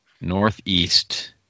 Northeast